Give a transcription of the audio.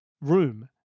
room